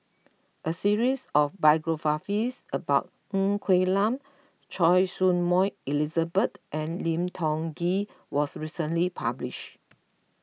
a series of biographies about Ng Quee Lam Choy Su Moi Elizabeth and Lim Tiong Ghee was recently publish